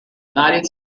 united